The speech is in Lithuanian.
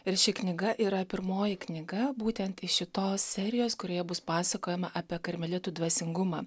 ir ši knyga yra pirmoji knyga būtent iš šitos serijos kurioje bus pasakojama apie karmelitų dvasingumą